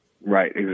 Right